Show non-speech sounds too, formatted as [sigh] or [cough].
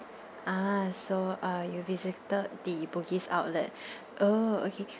ah so uh you visited the bugis outlet [breath] oh okay